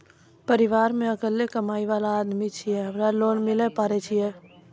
परिवारों मे अकेलो कमाई वाला आदमी छियै ते हमरा लोन मिले पारे छियै?